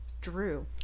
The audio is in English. Drew